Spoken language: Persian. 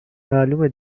معلومه